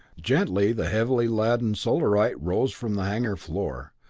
gently the heavily laden solarite rose from the hangar floor,